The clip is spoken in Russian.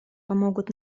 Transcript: помогут